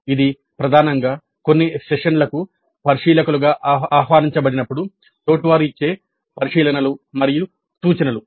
ఇది ప్రధానంగా కొన్ని సెషన్లకు పరిశీలకులుగా ఆహ్వానించబడినప్పుడు తోటివారు ఇచ్చే పరిశీలనలు మరియు సూచనలు